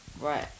Right